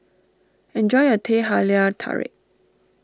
enjoy your Teh Halia Tarik